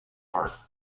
heart